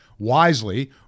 Wisely